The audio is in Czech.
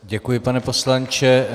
Děkuji, pane poslanče.